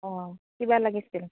অঁ কিবা লাগিছিল